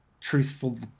truthful